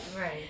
Right